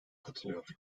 katılıyor